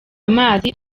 amazi